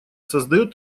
создает